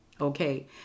okay